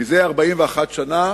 זה 41 שנה